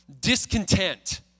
discontent